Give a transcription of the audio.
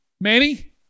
Manny